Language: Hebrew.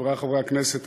חברי חברי הכנסת,